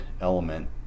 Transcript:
element